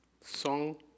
song